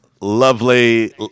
lovely